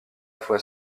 fois